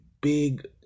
big